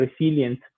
resilience